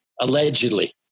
Allegedly